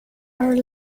are